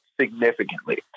significantly